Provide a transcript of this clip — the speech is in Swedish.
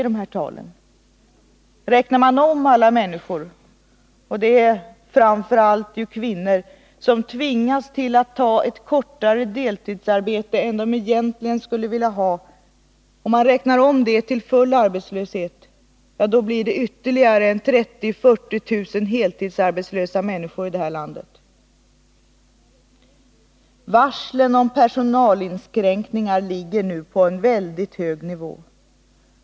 Om man gör en omräkning och tar med i siffrorna för full arbetslöshet alla de människor — och det gäller framför allt kvinnorna — som tvingas till att ta ett kortare deltidsarbete än de egentligen skulle vilja ha, då blir det ytterligare 30 000-40 000 heltidsarbetslösa människor i det här landet. Varsel om personalinskränkningar ligger nu på en väldigt hög nivå.